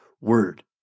word